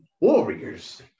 warriors